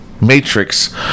matrix